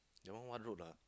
that one what road ah